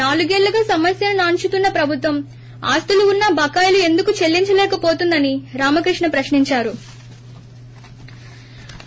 నాలుగేళ్లుగా సమస్యను నాన్పుతున్న ప్రభుత్వం ఆస్తులు ఉన్నా బకాయిలు ఎందుకు చెల్లించలేకపోతోందని రామకృష్ణ ప్రశ్ని ంచారు